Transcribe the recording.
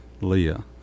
Leah